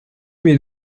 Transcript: mes